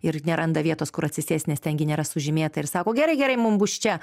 ir neranda vietos kur atsisėst nes ten nėra sužymėta ir sako gerai gerai mums bus čia